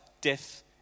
death